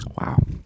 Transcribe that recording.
wow